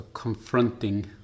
Confronting